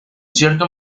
cierto